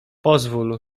pozwól